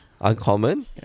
Uncommon